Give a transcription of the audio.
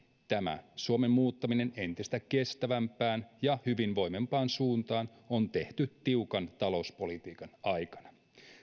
tämä suomen muuttaminen entistä kestävämpään ja hyvinvoivempaan suuntaan on tehty tiukan talouspolitiikan aikana